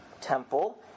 temple